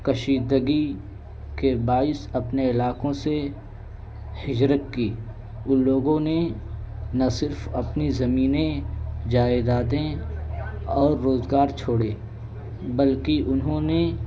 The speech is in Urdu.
کشیدگی کے باعث اپنے علاقوں سے ہجرت کی ان لوگوں نے نہ صرف اپنی زمینیں جائداد اور روزگار چھوڑیں بلکہ انہوں نے